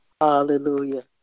Hallelujah